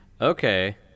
Okay